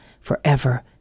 forever